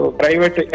private